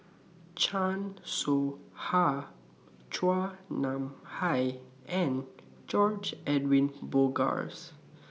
Chan Soh Ha Chua Nam Hai and George Edwin Bogaars